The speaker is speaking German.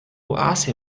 oase